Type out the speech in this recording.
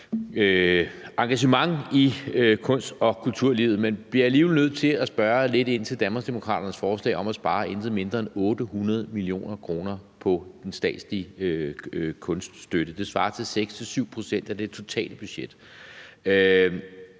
engagement i kunst- og kulturlivet, men bliver alligevel nødt til at spørge lidt ind til Danmarksdemokraternes forslag om at spare intet mindre end 800 mio. kr. på den statslige kunststøtte. Det svarer til 6-7 pct. af det totale budget.